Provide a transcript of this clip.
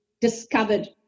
discovered